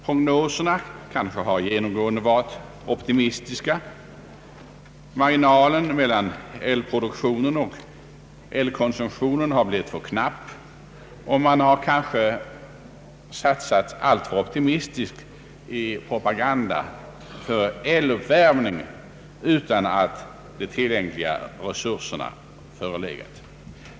Prognoserna har kanske genomgående varit optimistiska. Marginalen mellan elproduktionen och elkonsumtionen har blivit för knapp, och man har kanske satsat alltför optimistiskt på propagandan för eluppvärmning utan att motsvarande resurser förelegat.